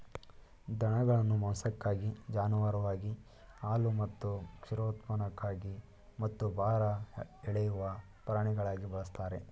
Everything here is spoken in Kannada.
ದನಗಳನ್ನು ಮಾಂಸಕ್ಕಾಗಿ ಜಾನುವಾರುವಾಗಿ ಹಾಲು ಮತ್ತು ಕ್ಷೀರೋತ್ಪನ್ನಕ್ಕಾಗಿ ಮತ್ತು ಭಾರ ಎಳೆಯುವ ಪ್ರಾಣಿಗಳಾಗಿ ಬಳಸ್ತಾರೆ